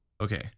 Okay